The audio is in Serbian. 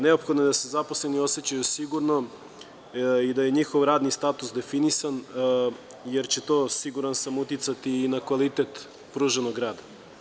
Neophodno je da se zaposleni osećaju sigurno i da je njihov radni status definisan, jer će to siguran sam uticati na kvalitet pruženog rada.